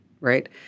right